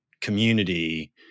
community